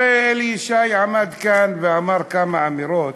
הרי אלי ישי עמד כאן ואמר כמה אמירות,